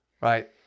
right